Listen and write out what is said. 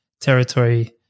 territory